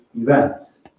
events